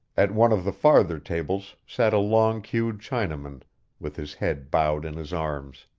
at one of the farther tables sat a long-queued chinaman with his head bowed in his arms.